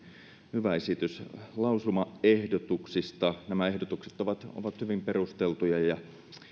hyvä esitys lausumaehdotuksista nämä ehdotukset ovat ovat hyvin perusteltuja